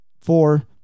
four